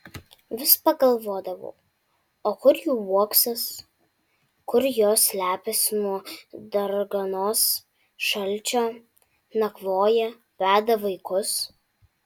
vis pagalvodavau o kur jų uoksas kur jos slepiasi nuo darganos šalčio nakvoja veda vaikus